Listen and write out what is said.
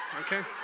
okay